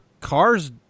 cars